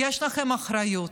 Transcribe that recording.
יש לכם אחריות,